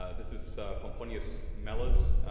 ah this is pomponius mela's